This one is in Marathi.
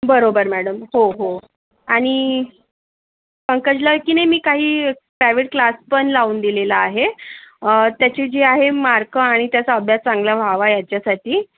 बरोबर मॅडम हो हो आणि पंकजला की नाही मी काही प्रायव्हेट क्लास पण लावून दिलेला आहे त्याची जी आहे मार्क आणि त्याचा अभ्यास चांगला व्हावा याच्यासाठी